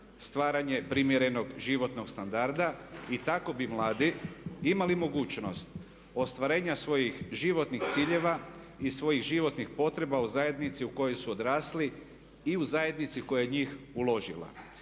stvaranje primjernog životnog standarda i tako bi mladi imali mogućnost ostvarenja svojih životnih ciljeva i svojih životnih potreba u zajednici u kojoj su odrasli i u zajednici koja je u njih uložila.